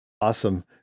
awesome